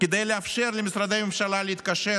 כדי לאפשר למשרדי ממשלה להתקשר